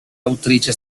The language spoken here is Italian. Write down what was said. autrice